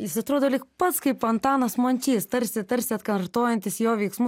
jis atrodo lyg pats kaip antanas mončys tarsi tarsi atkartojantis jo veiksmu